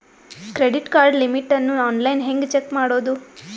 Credit card limit ಅನ್ನು online ಹೆಂಗ್ check ಮಾಡೋದು?